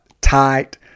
tight